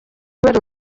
kubera